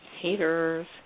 Haters